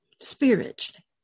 spiritually